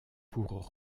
pour